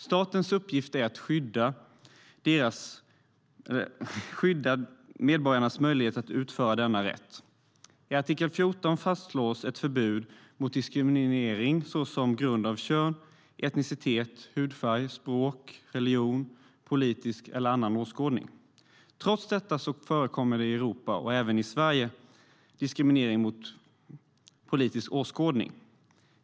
Statens uppgift är att skydda medborgarnas möjlighet att utöva denna rätt. I artikel 14 fastslås ett förbud mot diskriminering "såsom på grund av kön, etnicitet, hudfärg, språk, religion, politisk eller annan åskådning". Trots detta förekommer det i Europa och även i Sverige diskriminering på grund av politisk åskådning.